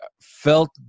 felt